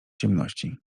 ciemności